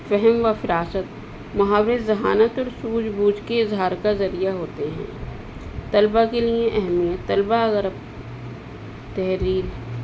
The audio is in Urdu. فہم و فراست محاورے ذہانت اور سوجھ بوجھ کے اظہار کا ذریعہ ہوتے ہیں طلبا کے لیے اہمیت طلبا اگر اپ تحریر